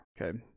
Okay